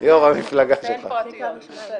לפני קריאה ראשונה לא צריך אישור ועדת הכנסת,